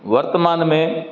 वर्तमान में